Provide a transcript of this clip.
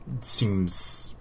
seems